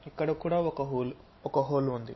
ఇక్కడ కూడా ఒక హోల్ ఉంది